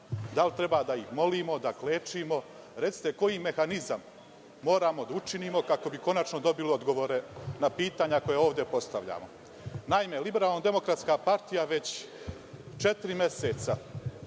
Da li treba da ih molimo, da klečimo. Recite koji mehanizam moramo da učinimo kako bi konačno dobili odgovore na pitanja koja ovde postavljamo? Naime, LDP već četiri meseca